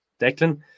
Declan